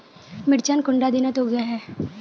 मिर्चान कुंडा दिनोत उगैहे?